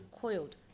coiled